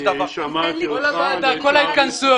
כל ההתכנסויות,